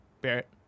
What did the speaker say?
Barrett